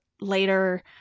later